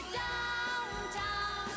downtown